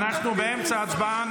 אנחנו באמצע הצבעה,